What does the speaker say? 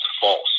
false